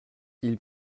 ils